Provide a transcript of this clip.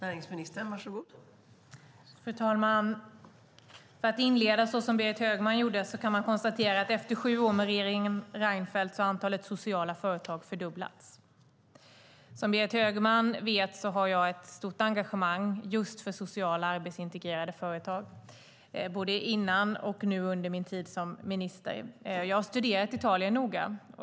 Fru talman! Låt mig inleda som Berit Högman gjorde och konstatera att efter sju år med regeringen Reinfeldt har antalet sociala företag fördubblats. Som Berit Högman vet har jag haft ett stort engagemang just för sociala och arbetsintegrerande företag både före och under min tid som minister. Jag har studerat Italien noga.